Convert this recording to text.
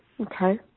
Okay